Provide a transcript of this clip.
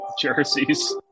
jerseys